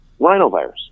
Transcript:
rhinovirus